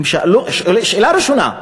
שאלה ראשונה,